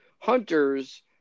Hunters